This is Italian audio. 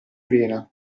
vena